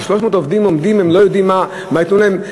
כש-300 עובדים עומדים ולא יודעים מה ייתנו להם,